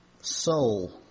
soul